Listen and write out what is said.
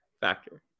factor